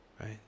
right